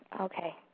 Okay